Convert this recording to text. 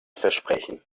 versprechen